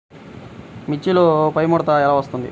మిర్చిలో పైముడత ఎలా వస్తుంది?